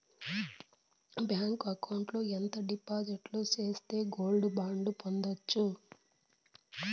Bank account లో ఎంత డిపాజిట్లు సేస్తే గోల్డ్ బాండు పొందొచ్చు?